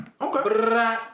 Okay